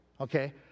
Okay